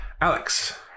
Alex